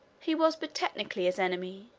he was but technically his enemy,